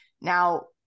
Now